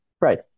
Right